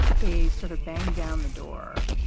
they sort of banged down the door.